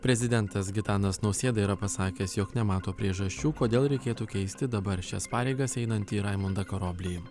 prezidentas gitanas nausėda yra pasakęs jog nemato priežasčių kodėl reikėtų keisti dabar šias pareigas einantį raimundą karoblį